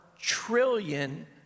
trillion